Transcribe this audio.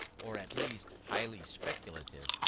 or at least highly speculative,